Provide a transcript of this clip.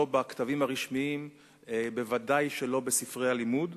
לא בכתבים הרשמיים, בוודאי שלא בספרי הלימוד.